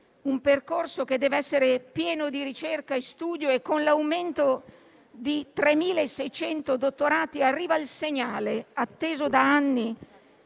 un percorso che deve essere pieno di ricerca e studio. Con l'aumento di 3.600 dottorati arriva il segnale atteso da anni